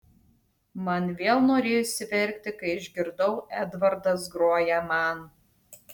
man vėl norėjosi verkti kai išgirdau edvardas groja man